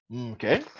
Okay